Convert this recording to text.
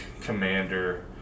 commander